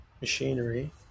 machinery